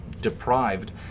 deprived